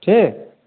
छै